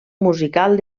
musical